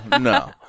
no